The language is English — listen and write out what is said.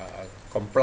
company